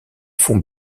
fonts